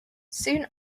soon